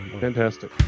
Fantastic